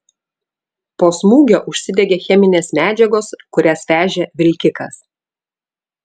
po smūgio užsidegė cheminės medžiagos kurias vežė vilkikas